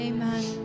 Amen